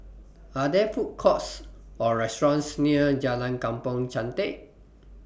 Are There Food Courts Or restaurants near Jalan Kampong Chantek